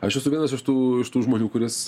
aš esu vienas iš tų iš tų žmonių kuris